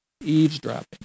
eavesdropping